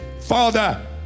Father